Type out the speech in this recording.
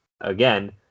again